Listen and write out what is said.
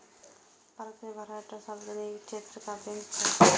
भारत मे बारह टा सार्वजनिक क्षेत्रक बैंक छै